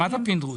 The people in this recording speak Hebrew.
שמעת, פינדרוס?